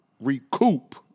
recoup